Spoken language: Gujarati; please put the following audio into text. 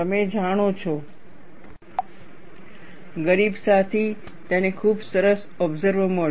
તમે જાણો છો ગરીબ સાથી તેને ખૂબ સરસ ઓબસર્વ મળ્યું